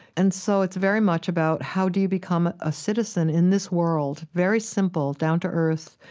and so it's very much about how do you become a citizen in this world, very simple, down to earth.